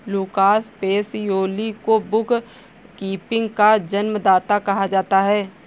Lucas Pacioli को book keeping का जन्मदाता कहा जाता है